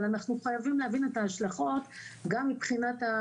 אבל אנחנו חייבים להבין את ההשלכות גם מבחינת,